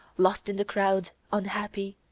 lost in the crowd, unhappy,